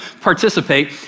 participate